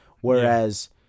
whereas